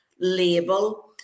label